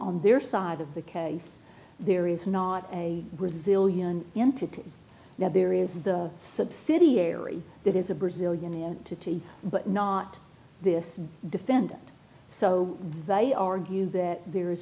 on their side of the case there is not a brazilian entity now there is the subsidiary that is a brazilian the tittie but not this defendant so they argue that there is